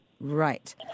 Right